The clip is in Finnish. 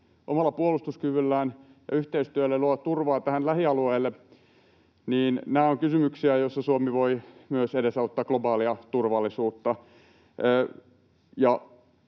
omalla puolustuskyvyllään ja yhteistyöllä luo turvaa lähialueelle, nämä ovat kysymyksiä, joissa Suomi voi myös edesauttaa globaalia turvallisuutta.